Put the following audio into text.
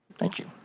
thank you.